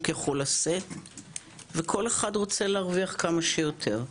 יכול לשאת וכל אחד רוצה להרוויח כמה שיותר.